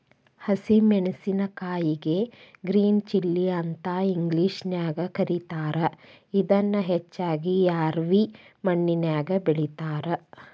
ಹಸಿ ಮೆನ್ಸಸಿನಕಾಯಿಗೆ green chilli ಅಂತ ಇಂಗ್ಲೇಷನ್ಯಾಗ ಕರೇತಾರ, ಇದನ್ನ ಹೆಚ್ಚಾಗಿ ರ್ಯಾವಿ ಮಣ್ಣಿನ್ಯಾಗ ಬೆಳೇತಾರ